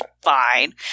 fine